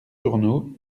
journaux